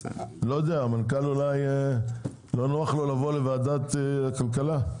אולי למנכ"ל לא נוח לבוא לוועדת הכלכלה.